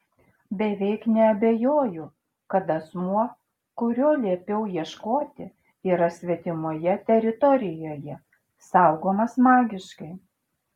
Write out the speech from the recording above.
beveik neabejoju kad asmuo kurio liepiau ieškoti yra svetimoje teritorijoje saugomas magiškai